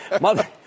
Mother